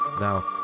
Now